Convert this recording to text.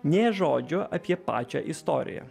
nė žodžio apie pačią istoriją